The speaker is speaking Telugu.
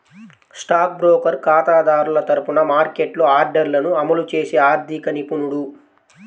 స్టాక్ బ్రోకర్ ఖాతాదారుల తరపున మార్కెట్లో ఆర్డర్లను అమలు చేసే ఆర్థిక నిపుణుడు